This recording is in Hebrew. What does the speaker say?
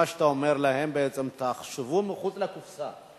מה שאתה אומר להם בעצם: תחשבו מחוץ לקופסה?